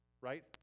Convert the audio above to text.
right